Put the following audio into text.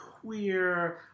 queer